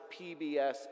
PBS